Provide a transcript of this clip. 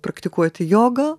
praktikuoti jogą